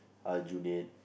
Aljunied